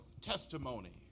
testimony